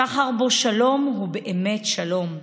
שחר שבו שלום הוא באמת שלום.